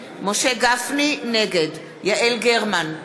נגד יעל גרמן,